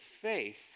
faith